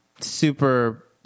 super